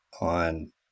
on